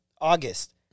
August